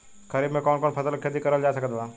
खरीफ मे कौन कौन फसल के खेती करल जा सकत बा?